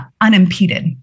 unimpeded